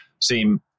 seem